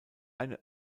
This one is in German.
eine